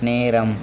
நேரம்